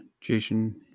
Jason